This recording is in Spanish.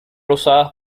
usadas